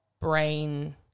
brain